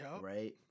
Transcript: Right